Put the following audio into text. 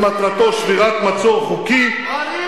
שמטרתו שבירת מצור חוקי, תעמיד אותי לדין.